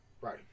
Right